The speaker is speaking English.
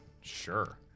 Sure